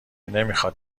نمیخواد